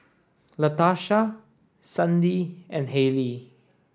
Latarsha Sandie and Haylie